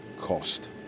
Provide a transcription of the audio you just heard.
cost